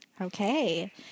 Okay